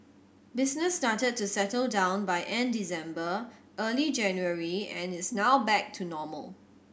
business started to settle down by end December early January and is now back to normal